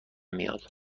میاد